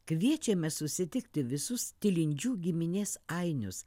kviečiame susitikti visus tilindžių giminės ainius